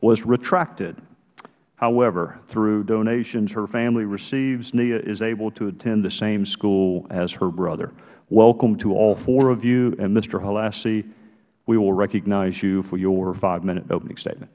was retracted however through donations her family receives nia is able to attend the same school as her brother welcome to all four of you and mister holassie we will recognize you for your five minute opening statement